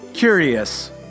Curious